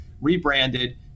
rebranded